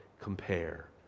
compare